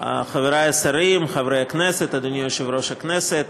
חברי השרים, חברי הכנסת, אדוני יושב-ראש הכנסת,